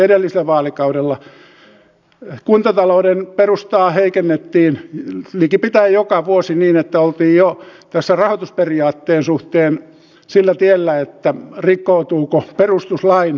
esimerkiksi edellisellä vaalikaudella kuntatalouden perustaa heikennettiin likipitäen joka vuosi niin että oltiin jo tässä rahoitusperiaatteen suhteen sillä tiellä että rikkoutuvatko perustuslain määräykset